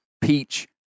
peach